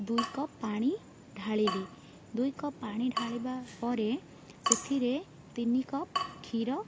ଦୁଇ କପ୍ ପାଣି ଢାଳିଲି ଦୁଇ କପ୍ ପାଣି ଢାଳିବା ପରେ ସେଥିରେ ତିନି କପ୍ କ୍ଷୀର